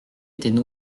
étaient